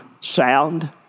sound